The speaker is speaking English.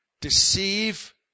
Deceive